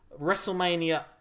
WrestleMania